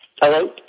Hello